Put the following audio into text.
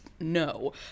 no